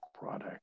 product